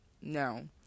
No